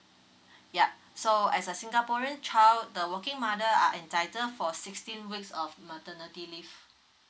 ya so as a singaporean child the working mother are entitled for sixteen weeks of maternity leave